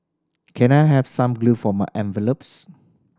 can I have some glue for my envelopes